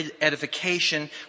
edification